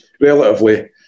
relatively